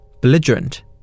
belligerent